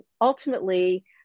ultimately